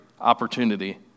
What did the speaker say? opportunity